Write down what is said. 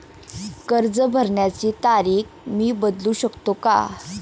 कर्ज भरण्याची तारीख मी बदलू शकतो का?